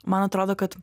man atrodo kad